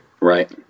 Right